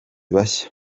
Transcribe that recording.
bashya